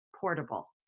portable